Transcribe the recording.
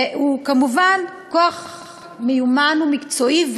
וכמובן כוח מיומן ומקצועי,